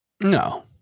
No